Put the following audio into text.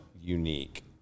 unique